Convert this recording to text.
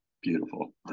beautiful